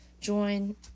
join